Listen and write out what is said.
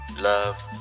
love